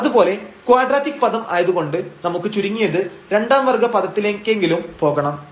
അതുപോലെ ക്വാഡ്രറ്റിക് പദം ആയതുകൊണ്ട് നമുക്ക് ചുരുങ്ങിയത് രണ്ടാം വർഗ്ഗ പദത്തിലേക്കെങ്കിലും പോകണം